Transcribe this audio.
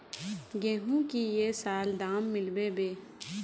गेंहू की ये साल दाम मिलबे बे?